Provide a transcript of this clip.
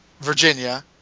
Virginia